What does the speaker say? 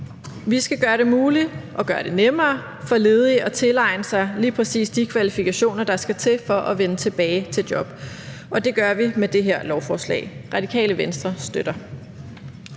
Vi skal gøre det muligt og gøre det nemmere for ledige at tilegne sig lige præcis de kvalifikationer, der skal til for at vende tilbage til job, og det gør vi med det her lovforslag. Det Radikale Venstre støtter.